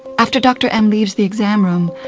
after dr m leaves the exam room,